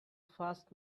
first